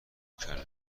کله